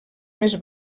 més